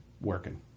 working